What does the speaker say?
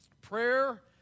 prayer